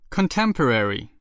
Contemporary